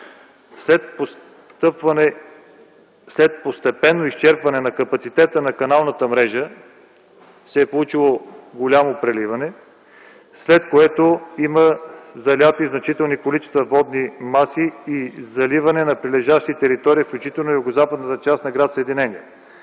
След постепенно изчерпване на капацитета на каналната мрежа се е получило голямо преливане. Значителни количества водни маси заливат прилежащата територия, включително и югозападната част на гр. Съединение.